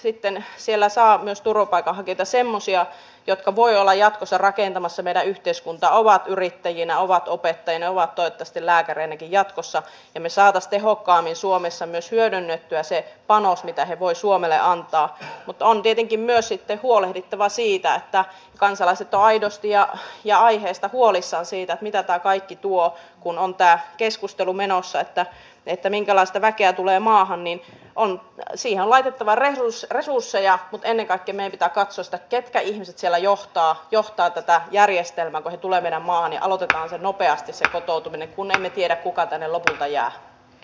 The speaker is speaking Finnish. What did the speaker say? sitten siellä saa myös turvapaikanhakija semmosia joka voi olla jatkossa rakentamassa meidän yhteiskunta ovat yrittäjinä ovat opettajina ovat taatusti lääkäreinäkin jatkossa kemi sadas tehokkaammin suomessa myös hyödynnettyä sen panos mitä he voi suomelle antaa mutta on tietenkin ne sitten huolehdittava siitä että kansalaiset on aidosti ja ja aiheesta huolissaan siitä mitä tarkoittitua kun on tää keskustelumme osoittaa että minkälaista väkeä tulee maahan niin se on sijalla ja warelius resursseja kuten ei rakenneta katsota ketkä ihmiset siellä johtaa johtaa tätä järjestelmä tulee romaani aloitetaan nopeasti se kotoutuminen kun emme tiedä kuka neloselle ja